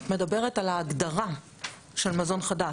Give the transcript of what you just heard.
את מדברת על ההגדרה של מזון חדש.